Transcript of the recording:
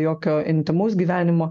jokio intymaus gyvenimo